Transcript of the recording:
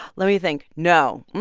let me think. no.